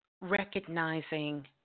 recognizing